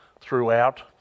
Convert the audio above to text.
throughout